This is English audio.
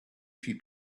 few